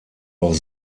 auch